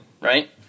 Right